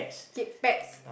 keep pets